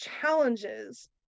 challenges